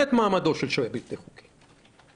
את מעמדו של שוהה בלתי חוקי בעקיפין?